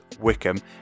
Wickham